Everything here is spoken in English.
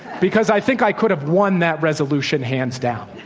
because i think i could have won that resolution, hands down.